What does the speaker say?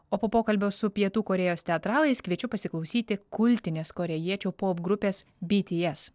o po pokalbio su pietų korėjos teatralais kviečiu pasiklausyti kultinės korėjiečių popgrupės bts